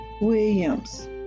Williams